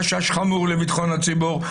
חשש חמור לביטחון הציבור,